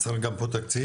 צריך גם פה תקציב,